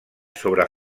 sobre